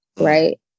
right